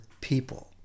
people